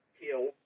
kill